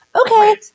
Okay